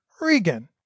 Regan